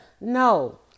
No